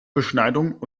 beschneidung